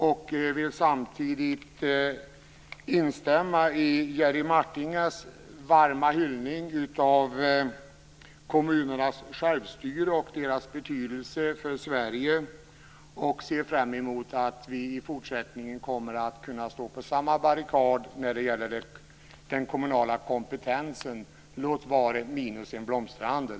Samtidigt vill jag instämma i Jerry Martingers varma hyllning till kommunernas självstyre och deras betydelse för Sverige. Jag ser fram emot att vi i fortsättningen kommer att kunna stå på samma barrikad när det gäller den kommunala kompetensen, låt vara minus en blomsterhandel.